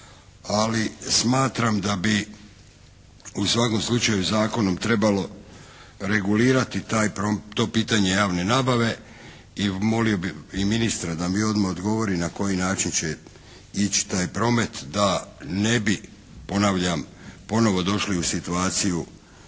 ali smatram da bi u svakom slučaju zakonom trebalo regulirati to pitanje javne nabave. I molio bi ministra da mi odmah odgovori na koji način će ići taj promet da ne bi ponavljam, ponovo došli u situaciju